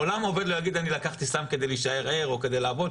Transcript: לעולם עובד לא יגיד שהוא לקח סם כדי להישאר ער או כדי לעבוד,